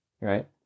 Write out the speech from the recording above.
right